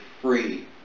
free